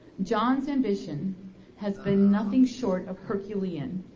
john's ambition has been nothing short of herculean,